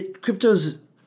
crypto's